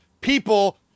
people